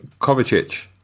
Kovacic